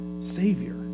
Savior